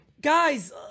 Guys